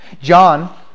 John